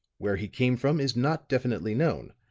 where he came from is not definitely known,